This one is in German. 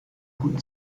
guten